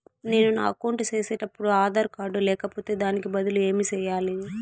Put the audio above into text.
నేను నా అకౌంట్ సేసేటప్పుడు ఆధార్ కార్డు లేకపోతే దానికి బదులు ఏమి సెయ్యాలి?